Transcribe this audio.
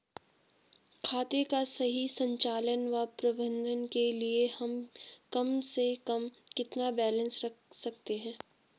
खाते का सही संचालन व प्रबंधन के लिए हम कम से कम कितना बैलेंस रख सकते हैं?